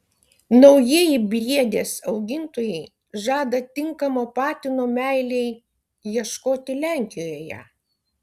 naujieji briedės augintojai žada tinkamo patino meilei ieškoti lenkijoje